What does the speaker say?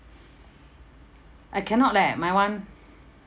I cannot leh my [one]